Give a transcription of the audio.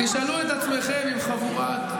תשאלו את עצמכם אם חבורת,